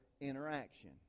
interaction